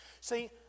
See